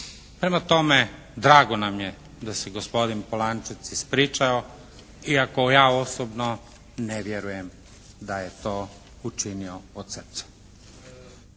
Prema tome, drago nam je da se je gospodin Polančec ispričao. Iako ja osobno ne vjerujem da je to učinio od srca.